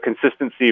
consistency